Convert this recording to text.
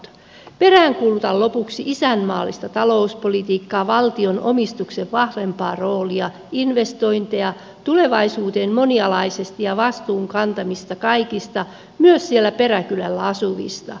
peräänkuulutan lopuksi isänmaallista talouspolitiikkaa valtion omistuksen vahvempaa roolia investointeja tulevaisuuteen monialaisesti ja vastuun kantamista kaikista myös siellä peräkylällä asuvista